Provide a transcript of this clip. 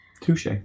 Touche